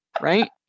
right